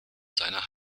seiner